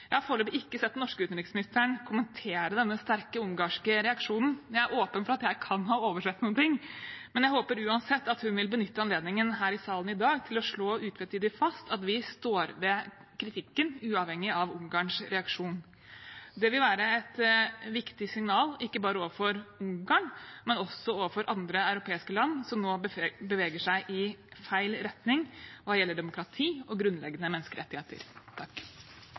Jeg har foreløpig ikke sett den norske utenriksministeren kommentere denne sterke ungarske reaksjonen, men jeg er åpen for at jeg kan ha oversett noe. Jeg håper uansett at hun vil benytte anledningen her i salen i dag til å slå utvetydig fast at vi står ved kritikken uavhengig av Ungarns reaksjon. Det vil være et viktig signal, ikke bare overfor Ungarn, men også overfor andre europeiske land som nå beveger seg i feil retning hva gjelder demokrati og grunnleggende menneskerettigheter.